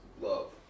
love